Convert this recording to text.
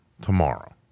tomorrow